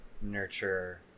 nurture